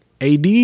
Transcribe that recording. AD